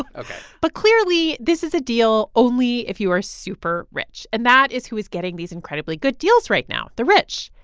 ah ok but clearly, this is a deal only if you are super rich. and that is who is getting these incredibly good deals right now the rich.